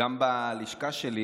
גם בלשכה שלי